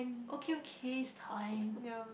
okay okay it's time